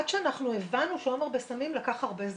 עד שאנחנו הבנו שעומר בסמים לקח הרבה זמן.